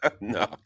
no